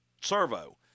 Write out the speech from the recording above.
servo